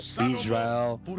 Israel